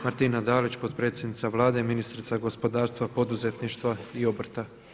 Martina Dalić potpredsjednica Vlade i ministrica gospodarstva, poduzetništva i obrta.